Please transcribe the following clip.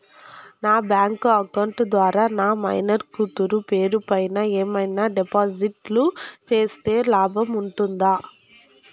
నా bank account ద్వారా నా మైనర్ కూతురు పేరు పైన ఏమన్నా డిపాజిట్లు సేస్తే లాభం ఉంటుందా?